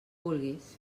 vulguis